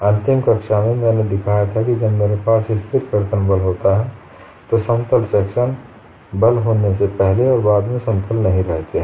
अंतिम कक्षा में मैंने दिखाया था जब मेरे पास स्थिर कर्तन बल होता है तो समतल सेक्शन बल होने से पहले और बाद में समतल नहीं रहते हैं